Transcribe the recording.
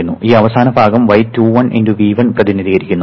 ഈ അവസാന ഭാഗം y21 × V1 പ്രതിനിധീകരിക്കുന്നു